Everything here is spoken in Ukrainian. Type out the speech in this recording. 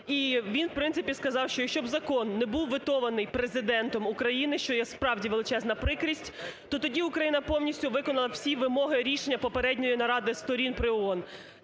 сказав, що якщо б закон не був ветований Президентом України, що є справді величезна прикрість, то тоді Україна повністю виконала б всі вимоги рішення попередньої наради сторін при ООН.